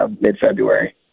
mid-February